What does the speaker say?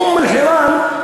אום-אלחיראן,